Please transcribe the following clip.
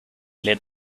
led